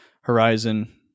horizon